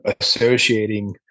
associating